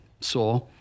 saw